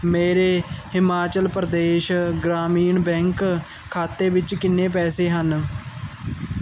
ਮੇਰੇ ਹਿਮਾਚਲ ਪ੍ਰਦੇਸ਼ ਗ੍ਰਾਮੀਣ ਬੈਂਕ ਖਾਤੇ ਵਿੱਚ ਕਿੰਨੇ ਪੈਸੇ ਹਨ